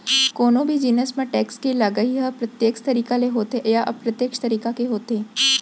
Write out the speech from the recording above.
कोनो भी जिनिस म टेक्स के लगई ह प्रत्यक्छ तरीका ले होथे या अप्रत्यक्छ तरीका के होथे